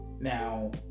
Now